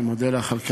ואני מודה לך על כך.